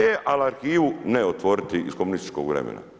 E al arhivu ne otvoriti iz komunističkog vremena.